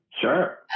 Sure